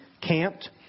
camped